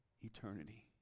eternity